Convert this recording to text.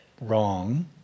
Wrong